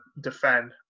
defend